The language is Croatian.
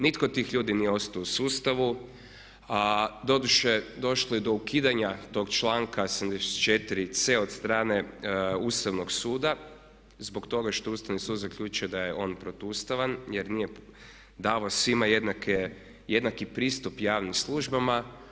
Nitko od tih ljudi nije ostao u sustavu a doduše došlo je do ukidanja tog članka 74C od strane Ustavnog suda zbog toga što je Ustavni sud zaključio da je on protuustavan jer nije davao svima jednaki pristup javnim službama.